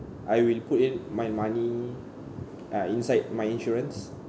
I will put it my money uh inside my insurance